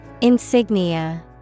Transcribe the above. Insignia